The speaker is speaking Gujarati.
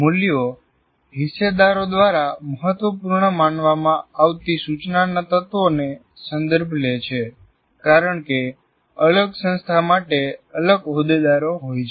મૂલ્યો હિસ્સેદારો દ્વારા મહત્વપૂર્ણ માનવામાં આવતી સૂચનાના તત્વોનો સંદર્ભ લે છે કારણકે અલગ સંસ્થા માટે અલગ હોદેદારો હોય છે